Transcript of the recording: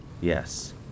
Yes